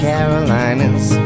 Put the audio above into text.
Carolinas